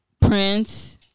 Prince